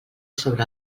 sobre